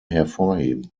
hervorheben